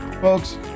folks